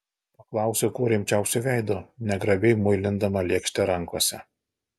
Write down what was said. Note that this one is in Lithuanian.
paklausiau kuo rimčiausiu veidu negrabiai muilindama lėkštę rankose